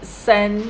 send